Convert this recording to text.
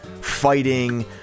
fighting